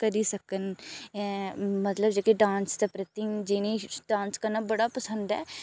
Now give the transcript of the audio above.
करी सकन मतलब जेह्के डांस दे प्रति जि'नें ई डांस करना बड़ा पसंद ऐ